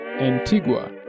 Antigua